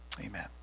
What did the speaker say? amen